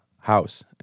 house